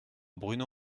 bruno